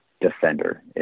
defender